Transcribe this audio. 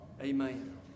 amen